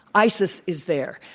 isis is there.